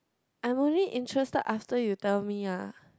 I'm only interested after you tell me lah